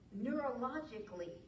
neurologically